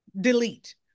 delete